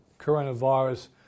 coronavirus